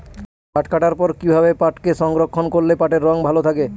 পাট কাটার পর কি ভাবে পাটকে সংরক্ষন করলে পাটের রং ভালো থাকে?